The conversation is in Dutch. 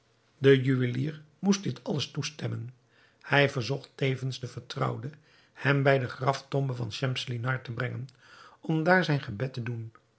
de juwelier moest dit alles toestemmen hij verzocht tevens de vertrouwde hem bij de graftombe van schemselnihar te brengen om daar zijn gebed te doen